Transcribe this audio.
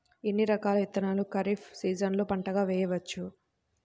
ఎన్ని రకాల విత్తనాలను ఖరీఫ్ సీజన్లో పంటగా వేయచ్చు?